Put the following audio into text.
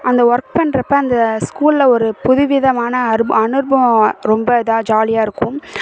அந்த ஒர்க் பண்றப்போ அந்த ஸ்கூலில் ஒரு புதுவிதமான அருப் அனுபவம் ரொம்ப இதாக ஜாலியாக இருக்கும்